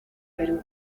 perú